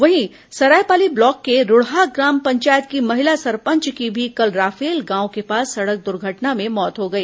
वहीं सरायपाली ब्लॉक के रूढ़हा ग्राम पंचायत की महिला सरपंच की भी कल राफेल गांव के पास सड़क दुर्घटना में मौत हो गई